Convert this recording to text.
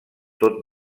tot